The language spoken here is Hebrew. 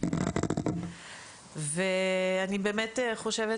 אני חושבת